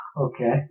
Okay